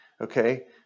okay